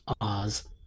Oz